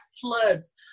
floods